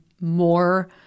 more